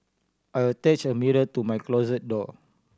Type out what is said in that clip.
I attach a mirror to my closet door